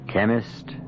chemist